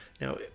now